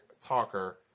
talker